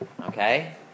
okay